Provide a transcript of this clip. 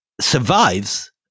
survives